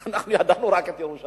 אנחנו ידענו רק על ירושלים.